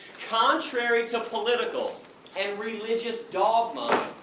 contrary to political and religious dogma,